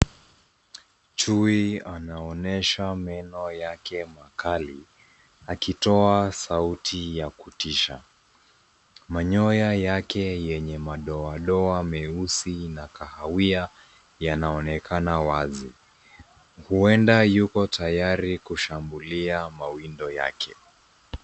Chui anaonyesha meno yake makali akitoa sauti ya kutisha. Manyoya yake yenye madoadoa meusi na kahawia yanaonekana wazi. Hueda yuko tayari kushambulia mawindo yake.